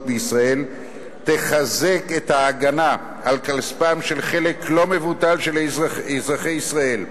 בישראל ותחזק את ההגנה על כספם של חלק לא מבוטל מאזרחי ישראל,